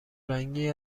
رنگی